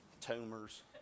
Tumors